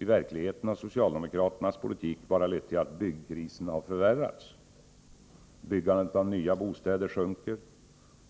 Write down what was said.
I verkligheten har socialdemokraternas politik bara lett till att byggkrisen har förvärrats. Byggandet av nya bostäder sjunker.